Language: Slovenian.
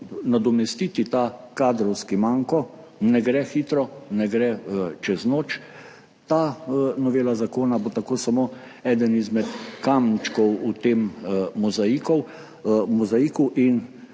nadomestiti ta kadrovski manko. Ne gre hitro, ne gre čez noč. Ta novela zakona bo tako samo eden izmed kamenčkov v tem mozaiku in